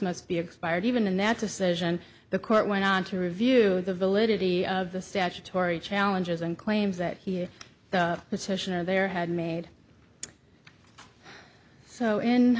must be expired even in that decision the court went on to review the validity of the statutory challenges and claims that he or the petitioner there had made so in